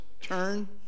turn